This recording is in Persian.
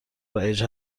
رایج